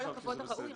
בכל הכבוד הראוי,